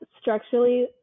structurally